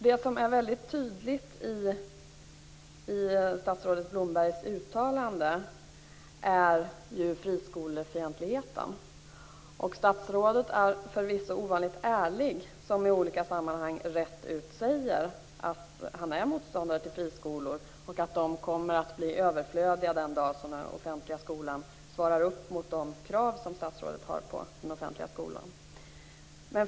Det som är väldigt tydligt i statsrådet Blombergs uttalande är friskolefientligheten. Statsrådet är förvisso ovanligt ärlig som i olika sammanhang rätt ut säger att han är motståndare till friskolor och att de kommer att bli överflödiga den dag den offentliga skolan svarar upp mot de krav som statsrådet har på den.